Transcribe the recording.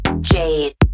jade